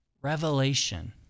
revelation